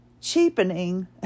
cheapening